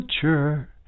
future